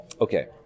Okay